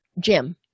Jim